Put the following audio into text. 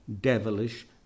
devilish